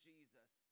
Jesus